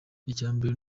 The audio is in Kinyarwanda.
icyambere